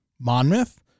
Monmouth